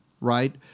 right